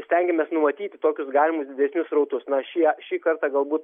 stengiamės numatyti tokius galimus didesnius srautus na šie šį kartą galbūt